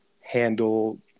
handle